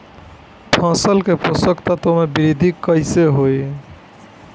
फसल के पोषक में वृद्धि कइसे होई?